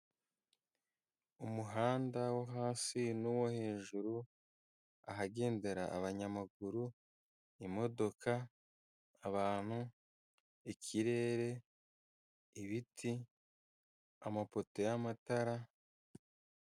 Umuhanda wo hasi nuwo hejuru ahagendera abanyamaguru, imodoka, abantu, ikirere ,ibiti ,amapoto y'amatara.